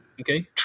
Okay